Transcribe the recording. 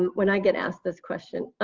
when i get asked this question.